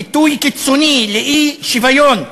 ביטוי קיצוני לאי-שוויון,